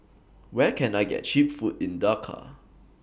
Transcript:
Where Can I get Cheap Food in Dhaka